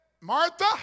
Martha